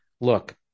look